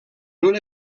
una